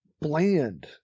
Bland